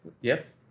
Yes